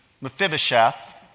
Mephibosheth